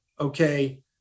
okay